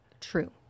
True